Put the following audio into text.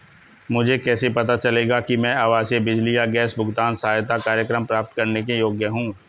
मुझे कैसे पता चलेगा कि मैं आवासीय बिजली या गैस भुगतान सहायता कार्यक्रम प्राप्त करने के योग्य हूँ?